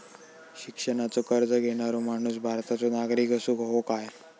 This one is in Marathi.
शिक्षणाचो कर्ज घेणारो माणूस भारताचो नागरिक असूक हवो काय?